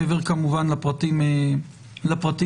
מעבר כמובן לפרטים הטכניים.